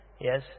Yes